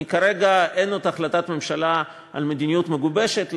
כרגע אין עוד החלטת ממשלה על מדיניות מגובשת,